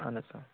اہن حظ آ